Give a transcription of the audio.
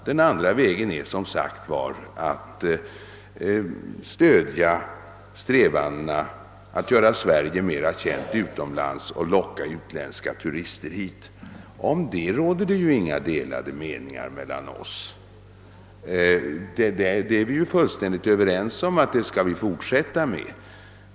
Den andra möjligheten är som sagt att göra Sverige mera känt i utlandet så att utländska turister lockas hit. Den saken är vi fullständigt överens om.